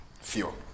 fuel